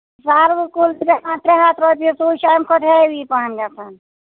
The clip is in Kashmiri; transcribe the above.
سروٕ کُلۍ چھِ گژھان ترٛےٚ ہَتھ رۄپیہِ سُہ چھُ اَمہِ کھۅتہٕ ہیٚے وِی پَہم گژھان